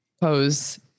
pose